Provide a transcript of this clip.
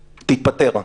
תתפטר,